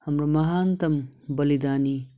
हाम्रो महानतम बलिदानी